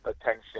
attention